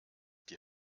die